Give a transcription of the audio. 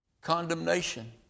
condemnation